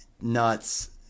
nuts